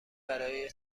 برای